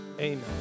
amen